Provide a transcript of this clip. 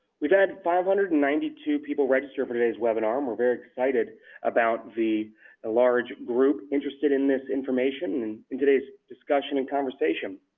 we've had five hundred and ninety two people register for today's webinar, and we're very excited about the ah large group interested in this information and today's discussion and conversation.